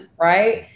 right